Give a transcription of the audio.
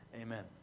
Amen